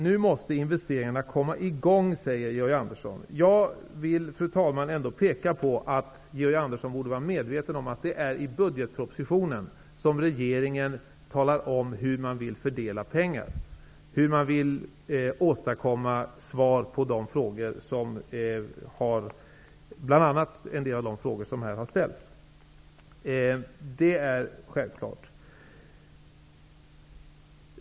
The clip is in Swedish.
Nu måste investeringarna komma i gång, säger Georg Andersson. Jag vill, fru talman, peka på att Georg Andersson borde vara medveten om att det är i budgetpropositionen som regeringen talar om hur man vill fördela pengar och åstadkomma svar på bl.a. en del av de frågor som här har ställts. Det är självklart.